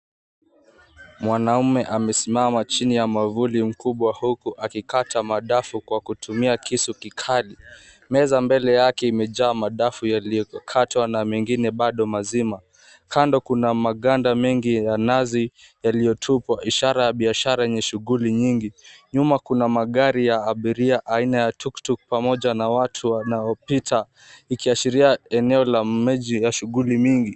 Mwanaume amesimama chini ya mwamvuli mkubwa huku akikata madafu kwa kutumia kisu kikali. Meza mbele yake imejaa madafu yaliokatwa na mengine bado mazima, kando kuna maganda mengi ya nazi yaliyotupwa ishara ya biashara yenye shughuli nyingi. Nyuma kuna magari ya abiria aina ya tuktuk pamoja na watu wanaopita ikiashiria eneo la mji wenye shughuli mingi.